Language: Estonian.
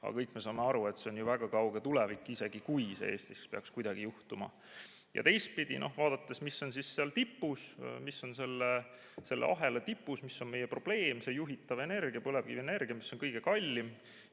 Aga kõik me saame aru, et see on ju väga kauge tulevik, isegi kui see Eestis peaks kuidagi juhtuma. Teistpidi, vaadates, mis on seal tipus, mis on selle ahela tipus, siis see, mis on meie probleem, on juhitav energia, põlevkivienergia, mis on kõige kallim,